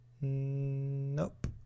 Nope